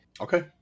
Okay